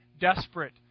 desperate